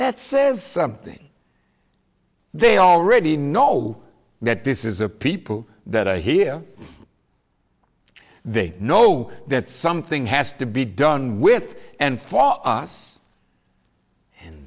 that says something they already know that this is a people that are here they know that something has to be done with and for us and